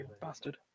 Bastard